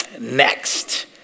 next